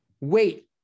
wait